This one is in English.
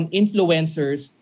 influencers